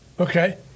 okay